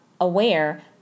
aware